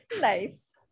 nice